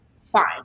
fine